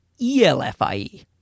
E-L-F-I-E